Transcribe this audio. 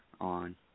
on